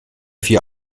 vier